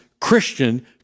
Christian